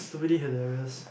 is to really had their rest